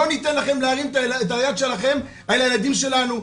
לא ניתן לכם להרים את היד שלכם על הילדים שלנו,